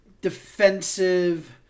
defensive